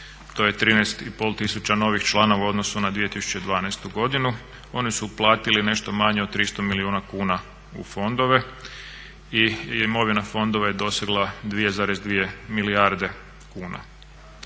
to je 13,5 tisuća novih članova u odnosu na 2012.godinu. Oni su uplatili nešto manje od 300 milijuna kuna u fondove i imovina fondova je dosegla 2,2 milijarde kuna.